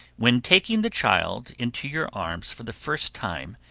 when taking the child into your arms for the first time,